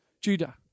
Judah